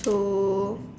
so